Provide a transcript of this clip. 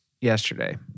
yesterday